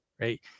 right